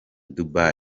dubai